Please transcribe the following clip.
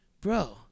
bro